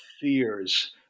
fears